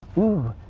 ooh,